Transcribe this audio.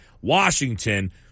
Washington